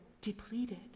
depleted